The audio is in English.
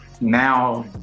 now